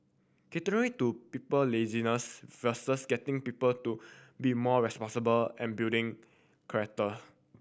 catering to people laziness versus getting people to be more responsible and building character